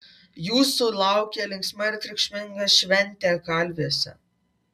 jūsų laukia linksma ir triukšminga šventė kalviuose